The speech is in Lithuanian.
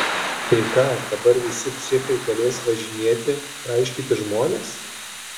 tai ką dabar visi psichai galės važinėti traiškyti žmones